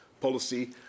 policy